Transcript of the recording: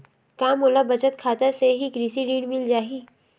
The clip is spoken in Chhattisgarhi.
का मोला बचत खाता से ही कृषि ऋण मिल जाहि?